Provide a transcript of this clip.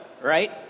right